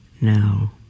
Now